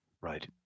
Right